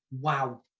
Wow